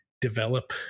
develop